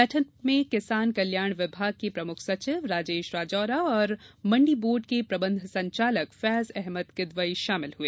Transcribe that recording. बैठक में किसान कल्याण विभाग के प्रमुख सचिव राजेश राजौरा और मंडी बोर्ड के प्रबंध संचालक फैज अहमद किदवई शामिल हुए